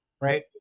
Right